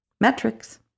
Metrics